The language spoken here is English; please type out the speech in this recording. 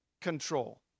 control